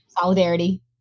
solidarity